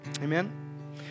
Amen